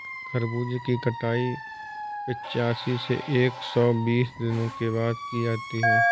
खरबूजे की कटाई पिचासी से एक सो बीस दिनों के बाद की जाती है